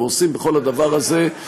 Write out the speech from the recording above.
ועושים בכל הדבר הזה,